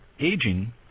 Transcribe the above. Aging